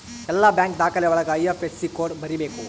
ಎಲ್ಲ ಬ್ಯಾಂಕ್ ದಾಖಲೆ ಒಳಗ ಐ.ಐಫ್.ಎಸ್.ಸಿ ಕೋಡ್ ಬರೀಬೇಕು